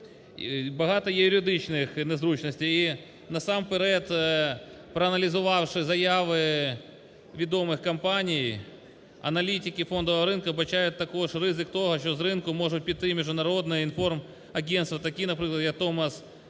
Багато є юридичних незручностей і, насамперед, проаналізувавши заяви відомих компаній, аналітики фондового ринку вбачають також ризик того, що з ринку можуть піти міжнародні інформагентства такі, наприклад, як Thomson